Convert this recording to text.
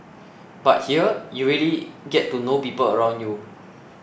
but here you really get to know people around you